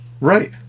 Right